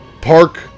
park